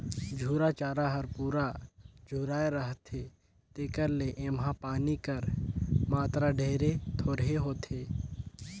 झूरा चारा हर पूरा झुराए रहथे तेकर ले एम्हां पानी कर मातरा ढेरे थोरहें होथे